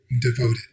devoted